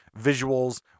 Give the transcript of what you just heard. visuals